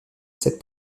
cette